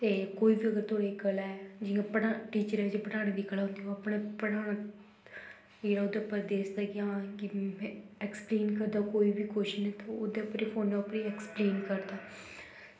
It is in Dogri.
ते कोई बी अगर थुआढ़े च कला ऐ जियां पढ़ा टीचरें च पढ़ाने दी कला होंदी ओह् अपने पढ़ाने जां ओह्दे परदेस जान कोई ऐक्सप्लेन करदा कोई बी क्वेच्शन ते ओह् ओह्दे उप्पर ई फोनै उप्पर ई ऐक्सप्लेन करदा